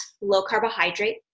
low-carbohydrate